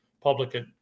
public